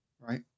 right